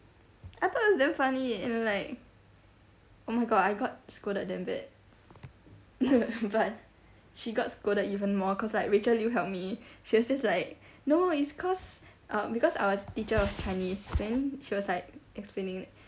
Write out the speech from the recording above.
I thought it was damn funny and like oh my god I got scolded damn bad but she got scolded even more cause like rachel liew helped me she was just like no it's cause uh because our teacher was chinese then she was like explaining